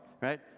right